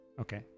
Okay